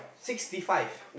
sixty five